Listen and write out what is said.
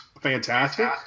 fantastic